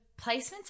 placements